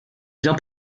bien